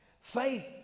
Faith